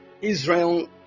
Israel